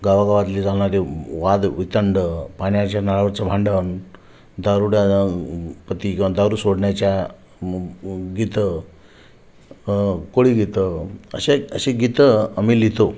गावागावातले चालणारे वाद वितंड पाण्याच्या नळावरचं भांडण दारुड्याला प्रति किंवा दारू सोडण्याच्या मु मु गीतं कोळीगीतं अशे अशी गीतं आम्ही लिहितो